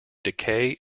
decay